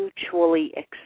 mutually